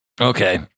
Okay